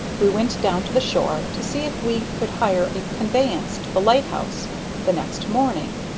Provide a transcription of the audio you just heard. we went down to the shore to see if we could hire a conveyance to the lighthouse the next morning.